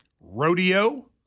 Rodeo